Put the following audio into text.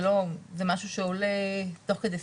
זה משהו שעולה תוך כדי שיח,